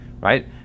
Right